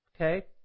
Okay